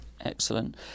Excellent